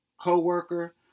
co-worker